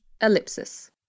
ellipsis